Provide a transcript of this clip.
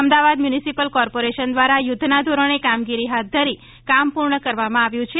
Ahmedabad municipal corporation દ્વારા યુધ્ધના ધોરણે કામગીરી હાથ ધરી કામ પૂર્ણ કરવામાં આવેલ છે